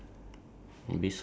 yours is standing straight